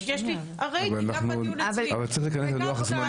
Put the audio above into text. אבל כן צריך להיכנס ללוח זמנים.